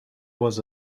was